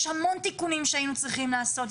יש המון תיקונים שהיינו צריכים לעשות,